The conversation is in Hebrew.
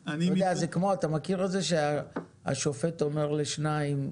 זה כמו שהשופט אומר לשניים,